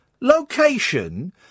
location